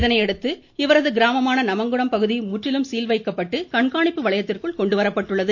இதனையடுத்து இவரது கிராமமான நமங்குணம் பகுதி முற்றிலும் சீல் வைக்கப்பட்ட கண்காணிப்பு வளையத்திற்குள் கொண்டு வரப்பட்டுள்ளது